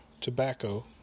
tobacco